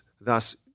thus